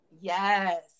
Yes